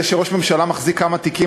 זה שראש הממשלה מחזיק כמה תיקים,